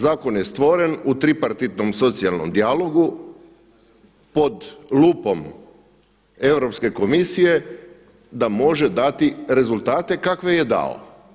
Zakon je stvoren u tripartitnom socijalnom dijalogu pod lupom Europske komisije da može dati rezultate kakve je dao.